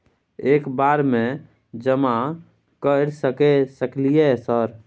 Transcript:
एक बार में जमा कर सके सकलियै सर?